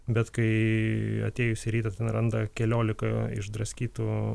bet kai atėjusi rytą ten randa keliolika išdraskytų